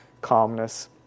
calmness